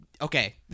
Okay